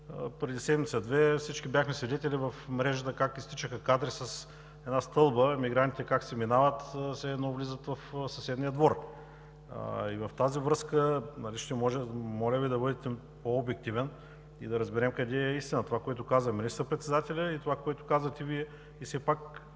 преди седмица-две, всички бяхме свидетели в мрежата как изтичаха кадри – с една стълба мигрантите си минават, все едно влизат в съседния двор. В тази връзка, моля да бъдете по-обективен и да разберем къде е истината – това, което каза министър-председателят, или това, което казвате Вие? Пак